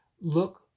look